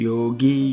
Yogi